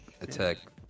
attack